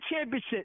championship